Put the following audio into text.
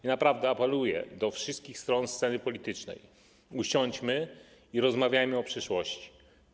I naprawdę apeluję do wszystkich stron sceny politycznej: usiądźmy i rozmawiajmy o przyszłości.